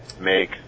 make